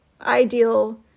ideal